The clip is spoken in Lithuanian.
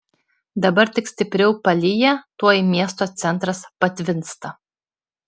dabar tik stipriau palyja tuoj miesto centras patvinsta